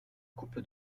coupe